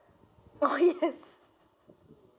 oh yes